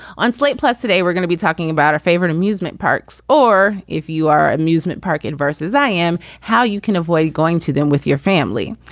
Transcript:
on slate plus today, we're gonna be talking about a favorite amusement parks or if you are amusement park it and versus i am how you can avoid going to them with your family.